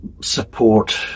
support